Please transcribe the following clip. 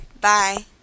Bye